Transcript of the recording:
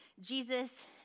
Jesus